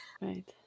Right